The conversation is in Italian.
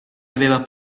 aveva